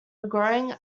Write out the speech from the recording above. growing